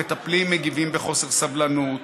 המטפלים מגיבים בחוסר סבלנות,